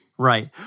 Right